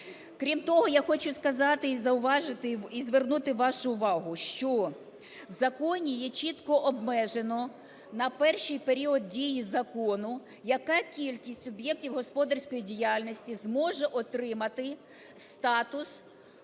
Крім того, я хочу сказати і зауважити і звернути вашу увагу, що в законі є чітко обмежено на перший період дії закону, яка кількість суб'єктів господарської діяльності зможе отримати статус